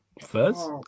First